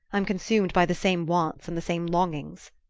i'm consumed by the same wants and the same longings.